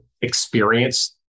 experience